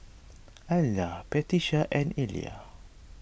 Ayla Patricia and Illya